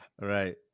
right